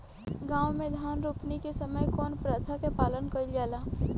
गाँव मे धान रोपनी के समय कउन प्रथा के पालन कइल जाला?